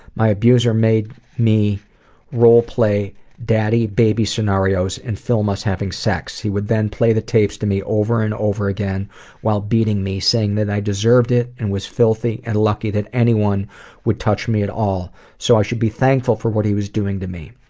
my abuser made me role-play daddy-baby scenarios and film us having sex. he would then play the tapes to me over and over again while beating me, saying that i deserved it, and was filthy, and lucky that anyone would touch me at all, so i should be thankful for what he was doing to me.